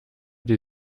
die